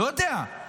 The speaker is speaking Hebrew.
לא יודע.